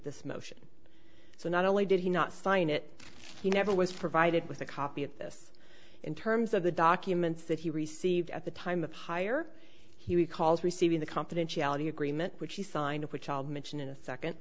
this motion so not only did he not sign it he never was provided with a copy at this in terms of the documents that he received at the time of hire he recalls receiving the confidentiality agreement which he signed which i'll mention in a second